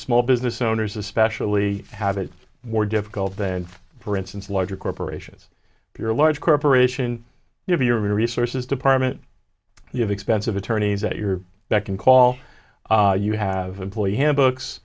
small business owners especially have it more difficult than for instance larger corporations if you're a large corporation you have your resources department you have expensive attorneys at your beck and call you have employee him books